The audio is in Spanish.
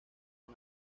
con